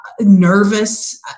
nervous